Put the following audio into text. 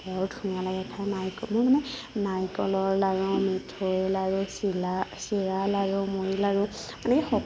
বৰ ধুনীয়া লাগে খাই নাৰিকলো মানে নাৰিকলৰ লাড়ু মিঠৈৰ লাড়ু চিলা চিৰা লাড়ু মুড়ি লাড়ু মানে সকলো